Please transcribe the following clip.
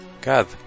God